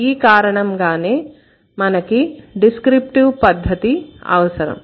ఈ కారణంగానే మనకి డిస్క్రిప్టివ్ పద్ధతి అవసరం